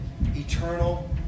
eternal